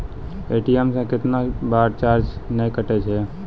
ATM से कैतना बार चार्ज नैय कटै छै?